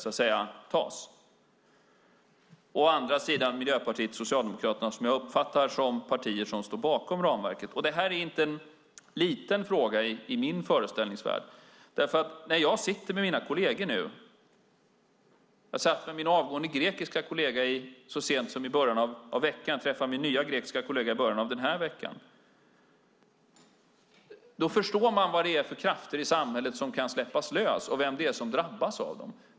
Å andra sidan har vi Miljöpartiet och Socialdemokraterna, som jag uppfattar som partier som står bakom ramverket. Detta är inte någon liten fråga i min föreställningsvärld. När jag sitter med mina kolleger - jag satt med min avgående grekiska kollega så sent som i förra veckan och träffade min nya grekiska kollega i början av den här veckan - då förstår man vilka krafter i samhället som kan släppas lösa och vem det är som drabbas av dem.